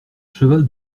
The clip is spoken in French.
cheval